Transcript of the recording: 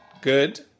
Good